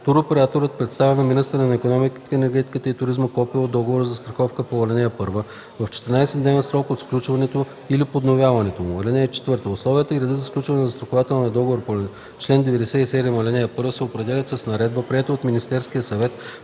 Туроператорът представя на министъра на икономиката, енергетиката и туризма копие от договора за застраховка по ал. 1 в 14-дневен срок от сключването или подновяването му. (4) Условията и редът за сключване на застрахователния договор по чл. 97, ал. 1 се определят с наредба, приета от Министерския съвет